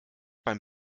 beim